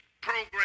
program